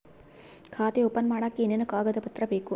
ಖಾತೆ ಓಪನ್ ಮಾಡಕ್ಕೆ ಏನೇನು ಕಾಗದ ಪತ್ರ ಬೇಕು?